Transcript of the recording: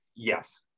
Yes